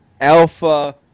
Alpha